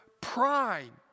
pride